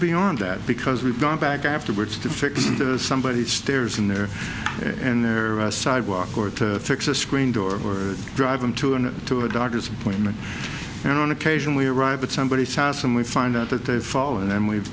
beyond that because we've gone back afterwards to fix somebody's stairs in there and their sidewalk or to fix a screen door or drive them to and to a doctor's appointment and on occasion we arrive at somebody's sass and we find out that they've fallen and we've